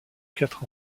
quatre